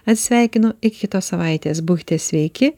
atsisveikinu iki kitos savaitės būkite sveiki